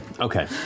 Okay